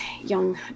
young